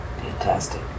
Fantastic